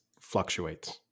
fluctuates